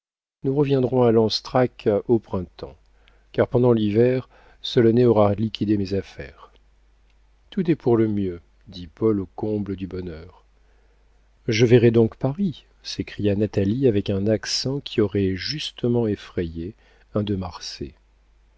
nous reviendrons à lanstrac au printemps car pendant l'hiver solonet aura liquidé mes affaires tout est pour le mieux dit paul au comble du bonheur je verrai donc paris s'écria natalie avec un accent qui aurait justement effrayé un